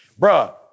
bruh